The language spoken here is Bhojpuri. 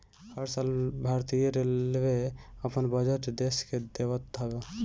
हर साल भारतीय रेलवे अपन बजट देस के देवत हअ